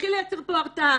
נתחיל לייצר פה הרתעה.